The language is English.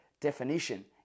definition